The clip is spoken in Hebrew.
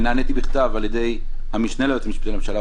נעניתי בכתב על ידי המשנה ליועץ המשפטי לממשלה,